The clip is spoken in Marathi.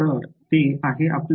तर ते आहे आपले